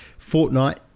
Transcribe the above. Fortnite